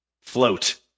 float